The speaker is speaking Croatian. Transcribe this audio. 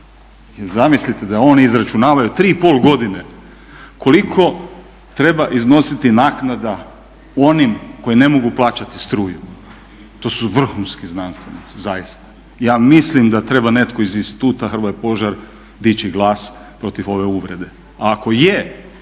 zamislite da je on izračunavao 3,5 godine koliko treba iznositi naknada onim koji ne mogu plaćati struju. To su vrhunski znanstvenici zaista. Ja mislim da treba netko iz Instituta Hrvoje Požar dići glas protiv ove uvrede.